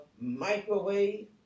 microwave